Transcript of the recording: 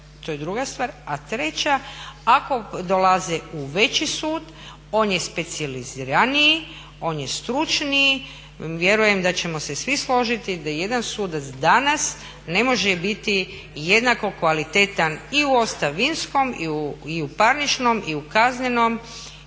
A treća, ako dolaze u veći sud on je specijaliziraniji, on je stručniji, vjerujem da ćemo se svi složiti da jedan sudac danas ne može biti jednako kvalitetan i u ostavinskom i u parničnom i u kaznenom